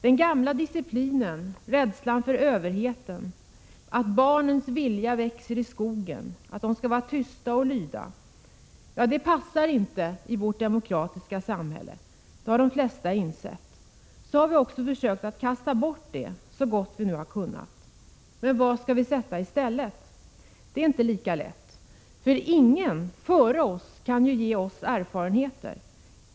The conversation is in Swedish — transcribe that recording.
Den gamla disciplinen, rädslan för överheten, ”barnens vilja växer i skogen”, barnen skall hålla tyst och lyda — det passar inte i vårt demokratiska samhälle, vilket de flesta har insett. Så har vi också försökt kasta bort det, så gott vi har kunnat. Men vad skall vi sätta i stället? Det är inte lika lätt att veta. Ingen före oss kan ju ge oss erfarenheter.